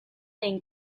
den